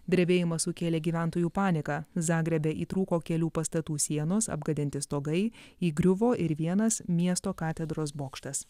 drebėjimas sukėlė gyventojų paniką zagrebe įtrūko kelių pastatų sienos apgadinti stogai įgriuvo ir vienas miesto katedros bokštas